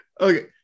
Okay